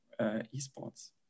esports